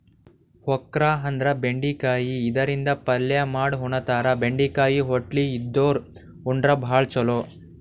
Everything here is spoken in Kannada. ಓಕ್ರಾ ಅಂದ್ರ ಬೆಂಡಿಕಾಯಿ ಇದರಿಂದ ಪಲ್ಯ ಮಾಡ್ ಉಣತಾರ, ಬೆಂಡಿಕಾಯಿ ಹೊಟ್ಲಿ ಇದ್ದೋರ್ ಉಂಡ್ರ ಭಾಳ್ ಛಲೋ